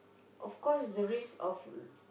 of course the risk of